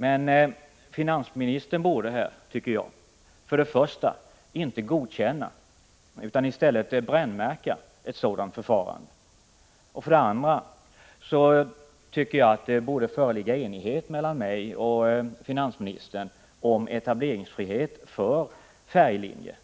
Men finansministern borde, tycker jag, för det första inte godkänna utan i stället brännmärka ett sådant förfarande. För det andra anser jag att det borde föreligga enighet mellan mig och finansministern om etableringsfrihet för färjelinjer.